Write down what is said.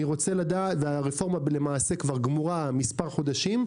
כשהרפורמה כבר גמורה מספר חודשים,